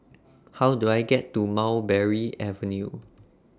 How Do I get to Mulberry Avenue